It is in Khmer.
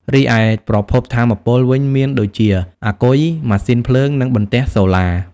រីឯ ប្រភពថាមពល វិញមានដូចជា អាគុយ ម៉ាស៊ីនភ្លើង និងបន្ទះសូឡា។